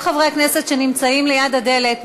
כל חברי הכנסת שנמצאים ליד הדלת,